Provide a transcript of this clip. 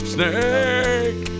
Snake